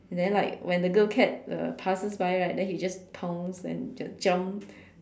then like when they girl cat uh passes by right then he just pounce and j~ jump